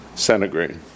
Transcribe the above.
centigrade